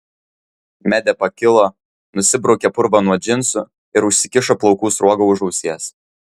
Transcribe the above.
medė pakilo nusibraukė purvą nuo džinsų ir užsikišo plaukų sruogą už ausies